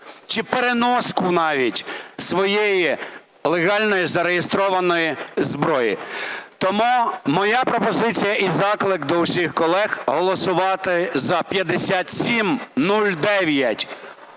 чи переноску навіть своєї легальної зареєстрованої зброї. Тому моя пропозиція і заклик до всіх колег голосувати за 5709-1